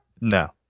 No